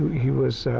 he was